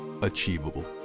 achievable